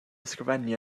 ysgrifennu